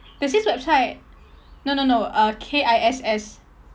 there's this website no no no uh K I S S